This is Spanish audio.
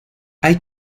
hay